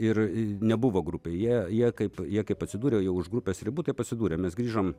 ir nebuvo grupėj jie jie kaip jie kaip atsidūrė jau už grupės ribų taip atsidūrė mes grįžom